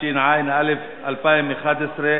התשע"א 2011,